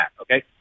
okay